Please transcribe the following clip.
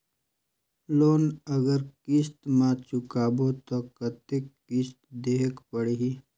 Loan अगर किस्त म चुकाबो तो कतेक किस्त देहेक पढ़ही?